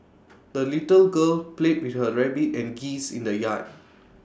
the little girl played with her rabbit and geese in the yard